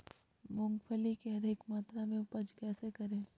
मूंगफली के अधिक मात्रा मे उपज कैसे करें?